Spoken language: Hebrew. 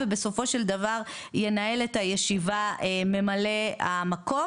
ובסופו של דבר ינהל את הישיבה ממלא המקום,